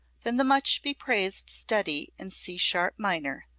than the much bepraised study in c sharp minor,